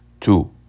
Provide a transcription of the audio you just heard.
Two